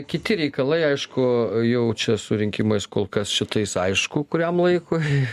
kiti reikalai aišku jau čia su rinkimais kol kas šitais aišku kuriam laikui